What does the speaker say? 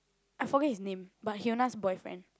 I forget his name but Hyuna's boyfriend